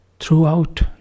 Throughout